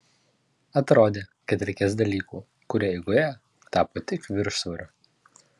atrodė kad reikės dalykų kurie eigoje tapo tik viršsvoriu